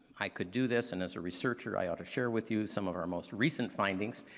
i could do this and as a researcher, i ought to share with you some of our most recent findings,